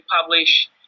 publish